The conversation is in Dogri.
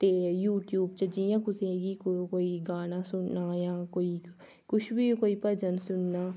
ते यूट्यूब च जि'यां कुसै गी कोई कोई गाना सुनाया होऐ कोई किश बी कोई भजन सुनना